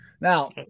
Now